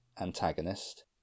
Antagonist